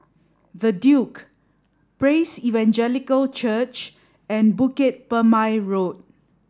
the Duke Praise Evangelical Church and Bukit Purmei Road